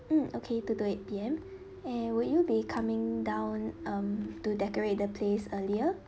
mm okay two to eight P_M and would you be coming down um to decorate the place earlier